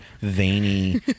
veiny